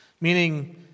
meaning